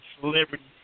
celebrity